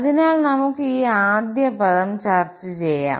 അതിനാൽ നമുക്ക് ഈ ആദ്യം പദം ചർച്ച ചെയ്യാം